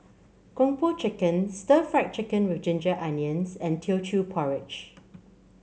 Kung Po Chicken Stir Fried Chicken Ginger Onions and Teochew Porridge